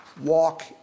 Walk